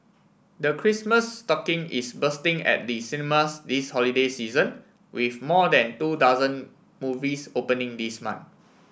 the Christmas stocking is bursting at the cinemas this holiday season with more than two dozen movies opening this month